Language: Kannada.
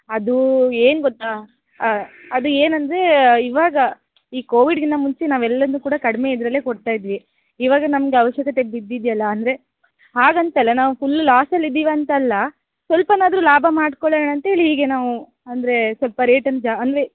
ಅದು ಏನು ಗೊತ್ತಾ ಅದು ಏನಂದರೆ ಇವಾಗ ಈ ಕೋವಿಡ್ಗಿಂತ ಮುಂಚೆ ನಾವು ಎಲ್ಲಾದನ್ನು ಕೂಡ ಕಡಿಮೆ ಇದರಲ್ಲೇ ಕೊಡ್ತಾ ಇದ್ವಿ ಇವಾಗ ನಮ್ಗೆ ಅವಶ್ಯಕತೆ ಬಿದ್ದಿದೆಯಲ್ಲ ಅಂದರೆ ಹಾಗಂತಲ್ಲ ನಾವು ಫುಲ್ ಲಾಸಲ್ಲಿ ಇದ್ದೀವಂತಲ್ಲ ಸ್ವಲ್ಪನಾದ್ರೂ ಲಾಭ ಮಾಡ್ಕೊಳ್ಳೋಣ ಅಂತೇಳಿ ಹೀಗೆ ನಾವು ಅಂದರೆ ಸ್ವಲ್ಪ ರೇಟನ್ನ ಜಾ ಅಂದರೆ